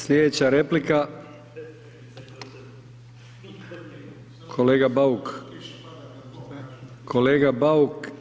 Slijedeća replika, …… [[Upadica sa strane, ne razumije se.]] Kolega Bauk.